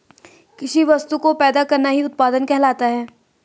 किसी वस्तु को पैदा करना ही उत्पादन कहलाता है